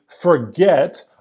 forget